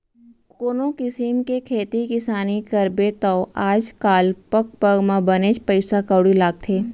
कोनों किसिम के खेती किसानी करबे तौ आज काल पग पग म बनेच पइसा कउड़ी लागथे